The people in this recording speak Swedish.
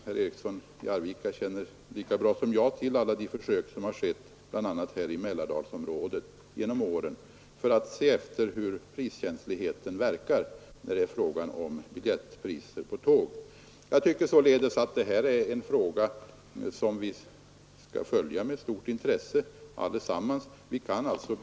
Herr Eriksson i Arvika känner lika väl som jag alla de försök som skett, bl.a. här i Mälardalsområdet, genom åren för att se efter hur priskänsligheten verkar i fråga om biljettpriser på tåg. Detta är alltså en fråga som vi allesammans med stort intresse kan följa.